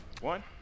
one